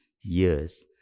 years